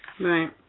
Right